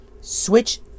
switch